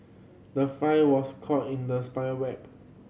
the fly was caught in the spider web